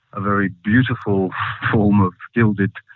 very beautiful form of stilted